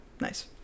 Nice